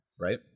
right